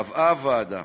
קבעה הוועדה